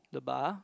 the bar